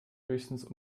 höchstens